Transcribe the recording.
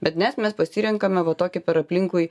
bet ne mes pasirenkame va tokį per aplinkui